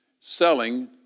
selling